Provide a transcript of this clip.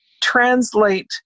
translate